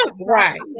Right